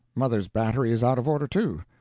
mother's battery is out of order, too.